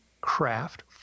craft